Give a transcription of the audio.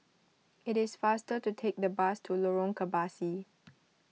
it is faster to take the bus to Lorong Kebasi